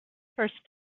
first